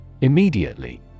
Immediately